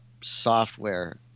software